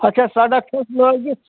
اَچھا سَڑَک چھَس لٲگِتھ